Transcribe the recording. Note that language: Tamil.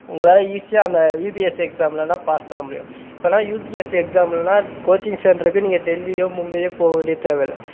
உங்களால் ஈஸியாக அந்த யுபிஎஸ்சி எக்ஸாம்லலாம் பாஸ் பண்ண முடியும் இப்போலாம் யுபிஎஸ்சி எக்ஸாமிலலாம் கோச்சிங் சென்ட்ருக்கு நீங்கள் டெல்லியோ மும்பையோ போக வேண்டிய தேவையில்ல